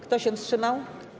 Kto się wstrzymał?